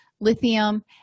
Lithium